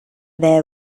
there